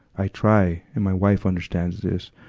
i try, and my wife understands this.